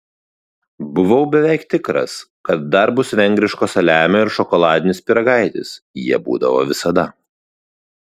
buvau beveik tikras kad dar bus vengriško saliamio ir šokoladinis pyragaitis jie būdavo visada